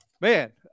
man